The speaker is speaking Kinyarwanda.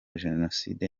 jenoside